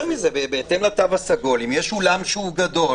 בהתאם לתו הסגול אם יש אולם גדול,